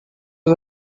was